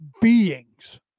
beings